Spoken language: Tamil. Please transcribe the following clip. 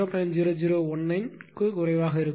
0019 குறைவாக இருக்கும்